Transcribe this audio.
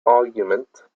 argument